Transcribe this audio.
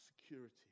security